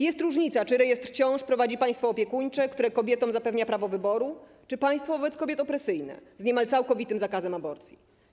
Jest różnica, czy rejestr ciąż prowadzi państwo opiekuńcze, które kobietom zapewnia prawo wyboru, czy państwo wobec kobiet opresyjne, z niemal całkowitym zakazem aborcji.